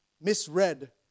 misread